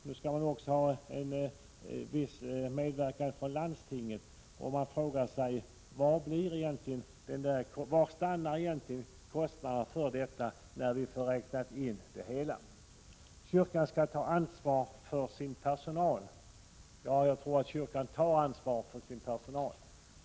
Nu skall det också vara en viss medverkan från landstinget, och man frågar sig: Var stannar egentligen kostnaden när man räknat in det hela? Kyrkan skall ta ansvar för sin personal — ja, det tror jag den gör.